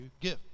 give